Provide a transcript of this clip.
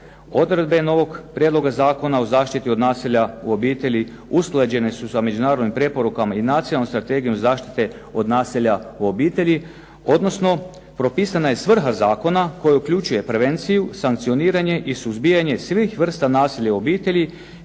odredbe novog prijedlog Zakona o zaštita od nasilja u obitelji usklađene su sa međunarodnim preporukama i Nacionalnom strategijom od zaštiti od nasilja u obitelji, odnosno propisana je svrha zakona koji uključuje prevenciju, sankcioniranje i suzbijanje svih vrsta nasilja u obitelji,